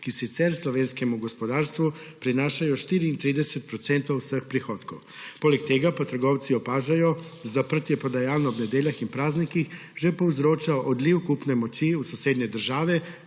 ki sicer slovenskemu gospodarstvu prinaša 34 % vseh prihodkov. Poleg tega pa trgovci opažajo, da zaprtje prodajaln ob nedeljah in praznikih že povzroča odliv kupne moči v sosednje države